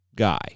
guy